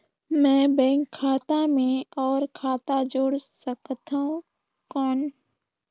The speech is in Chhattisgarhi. मैं बैंक खाता मे और खाता जोड़ सकथव कौन?